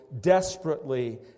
desperately